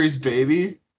Baby